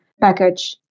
package